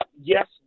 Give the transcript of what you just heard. yes